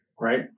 right